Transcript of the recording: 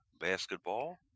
basketball